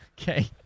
Okay